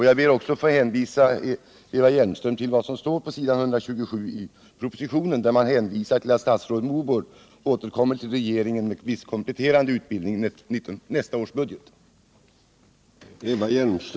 Jag ber också att få hänvisa Eva Hjelmström till vad som står på s. 127 i propositionen, där man hänvisar till att statsrådet Mogård återkommer till regeringen beträffande viss kompletteringsutbildning i nästa års budget.